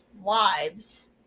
wives